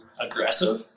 aggressive